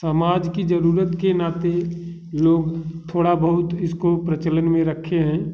समाज की जरूरत के नाते लोग थोड़ा बहुत इसको प्रचलन में रखे हैं